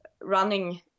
running